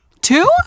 two